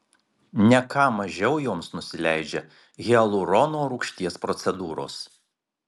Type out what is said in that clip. ne ką mažiau joms nusileidžia hialurono rūgšties procedūros